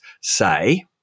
say